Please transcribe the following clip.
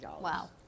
wow